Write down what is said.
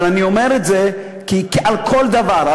אבל אני אומר את זה כי על כל דבר,